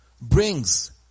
brings